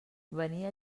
venia